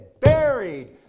buried